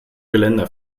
geländer